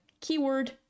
keyword